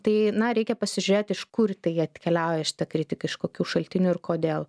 tai na reikia pasižiūrėti iš kur tai atkeliauja šita kritika iš kokių šaltinių ir kodėl